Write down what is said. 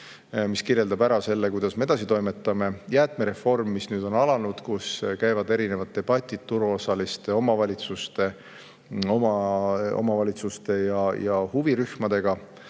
See kirjeldab ära selle, kuidas me edasi toimetame. Jäätmereform, mis nüüd on alanud, kus käivad erinevad debatid turuosaliste, omavalitsuste ja huvirühmade